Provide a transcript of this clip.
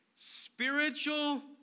Spiritual